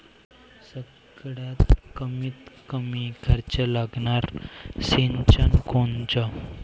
सगळ्यात कमीत कमी खर्च लागनारं सिंचन कोनचं?